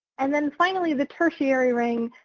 and then finally the tertiary ring.